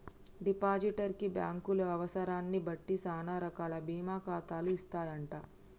depositor కి బ్యాంకులు అవసరాన్ని బట్టి సానా రకాల బీమా ఖాతాలు ఇస్తాయంట